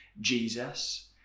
Jesus